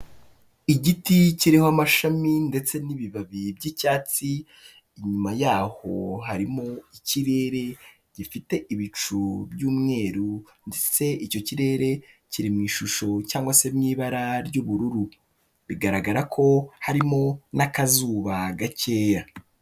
Igiti kiriho amashami ndetse n'ibibabi by'icyatsi, inyuma yaho harimo ikirere gifite ibicu by'umweru ndetse icyo kirere kiri mu ishusho cyangwa se ibara ry'ubururu, bigaragara ko harimo n'akazuba gakeya.